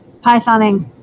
Pythoning